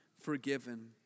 forgiven